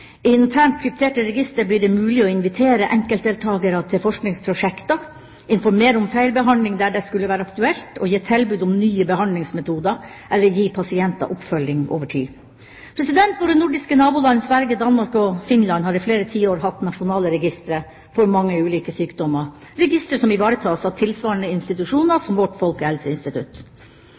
I internt krypterte registre blir det mulig å invitere enkeltdeltakere til forskningsprosjekter, informere om feilbehandling der det skulle være aktuelt, gi tilbud om nye behandlingsmetoder eller gi pasienter oppfølging over tid. Våre nordiske naboland Sverige, Danmark og Finland har i flere tiår hatt nasjonale registre for mange ulike sykdommer – registre som ivaretas av tilsvarende institusjoner som